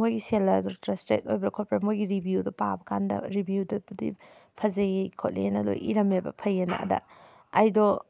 ꯃꯣꯏꯒꯤ ꯁꯦꯜꯂꯔꯗꯣ ꯇ꯭ꯔꯁꯇꯦꯠ ꯑꯣꯏꯕ꯭ꯔꯥ ꯈꯣꯠꯄ꯭ꯔꯥ ꯃꯣꯏꯒꯤ ꯔꯤꯕꯤꯌꯨꯗꯣ ꯄꯥꯕ ꯀꯥꯟꯗ ꯔꯤꯕꯤꯌꯨꯗꯕꯨꯗꯤ ꯐꯖꯩꯌꯦ ꯈꯣꯠꯂꯦꯅ ꯂꯣꯏ ꯏꯔꯝꯃꯦꯕ ꯐꯩꯌꯦꯅ ꯑꯗ ꯑꯩꯗꯣ